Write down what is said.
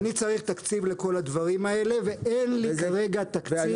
אני צריך תקציב לכל הדברים האלה ואין לי כרגע תקציב.